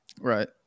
right